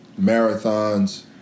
marathons